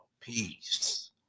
Peace